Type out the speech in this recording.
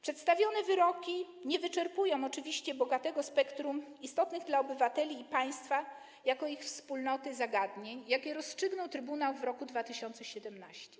Przedstawione wyroki nie wyczerpują oczywiście bogatego spectrum istotnych dla obywateli i państwa jako ich wspólnoty zagadnień, jakie rozstrzygnął trybunał w roku 2017.